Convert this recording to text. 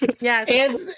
Yes